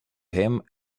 him